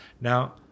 Now